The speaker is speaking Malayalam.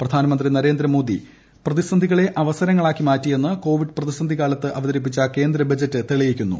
പ്രധ്നാന മന്ത്രി നരേന്ദ്രമോദി പ്രതിസന്ധികളെ അവസരങ്ങളാക്കി മാറ്റിക്കുന്ന് കോവിഡ് പ്രതിസന്ധികാലത്ത് അവതരിപ്പിച്ച ക്ട്രീന്ദ് ബജറ്റ് തെളിയിക്കുന്നു